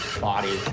body